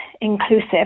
inclusive